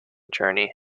journey